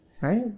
right